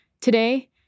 today